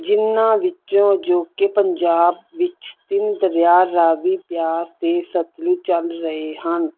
ਜਿਹਨਾਂ ਵਿੱਚੋਂ ਜੋ ਕਿ ਪੰਜਾਬ ਵਿੱਚ ਤਿੰਨ ਦਰਿਆ ਰਾਵੀ ਬਿਆਸ ਤੇ ਸਤਲੁਜ ਚੱਲ ਰਹੇ